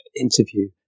interview